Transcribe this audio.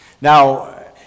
Now